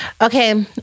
Okay